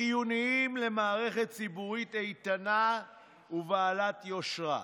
חיוניים למערכת ציבורית איתנה ובעלת יושרה.